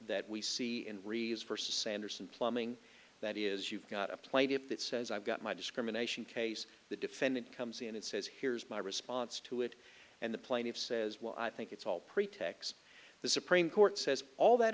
that we see and read for sanderson plumbing that is you've got a plate that says i've got my discrimination case the defendant comes in and says here's my response to it and the plaintiff's says well i think it's all pretext the supreme court says all that